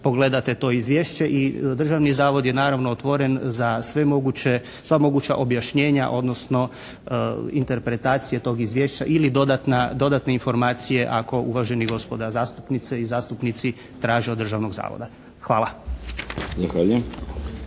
pogledate to izvješće. I Državni zavod je naravno otvoren za sva moguća objašnjenja, odnosno interpretacije tog izvješća ili dodatne informacije ako uvaženi gospoda zastupnice i zastupnici tražite od Državnog zavoda. Hvala.